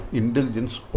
intelligence